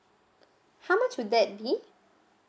how much will that be